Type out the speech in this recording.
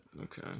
Okay